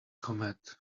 comet